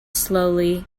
slowly